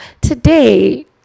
today